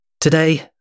Today